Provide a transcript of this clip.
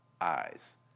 eyes